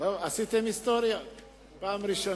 עם סדרי העדיפויות